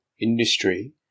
industry